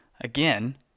again